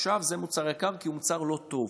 עכשיו זה מוצר יקר כי הוא מוצר לא טוב,